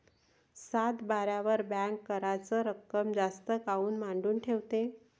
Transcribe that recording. सातबाऱ्यावर बँक कराच रक्कम जास्त काऊन मांडून ठेवते?